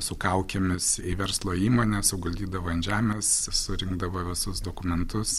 su kaukėmis į verslo įmones suguldydavo ant žemės surinkdavo visus dokumentus